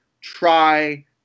try